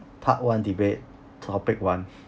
part one debate topic one